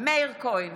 מאיר כהן,